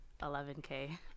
11k